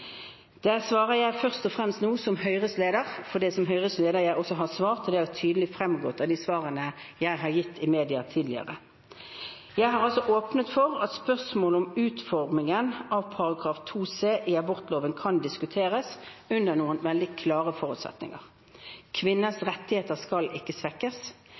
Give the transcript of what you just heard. jeg først og fremst som Høyres leder, for det er som Høyres leder jeg også har svart, og det har tydelig fremgått av de svarene jeg har gitt i media tidligere. Jeg har altså åpnet for at spørsmålet om utformingen av § 2c i abortloven kan diskuteres under noen veldig klare forutsetninger: Kvinners rettigheter skal ikke svekkes.